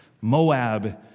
Moab